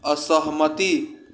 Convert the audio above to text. असहमति